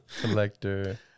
Collector